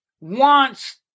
wants